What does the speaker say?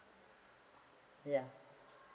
ya